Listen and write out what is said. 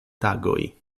tagoj